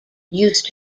used